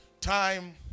Time